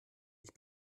ich